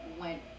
went